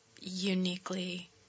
uniquely